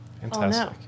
Fantastic